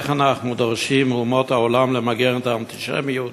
איך אנחנו דורשים מאומות העולם למגר את האנטישמיות,